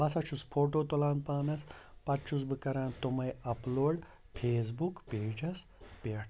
بہٕ ہسا چھُس فوٹو تُلان پانَس پَتہٕ چھُس بہٕ کَران تَمَے اَپلوڈ فیسبُک پیجَس پٮ۪ٹھ